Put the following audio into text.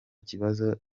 kibazo